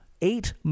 eight